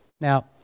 Now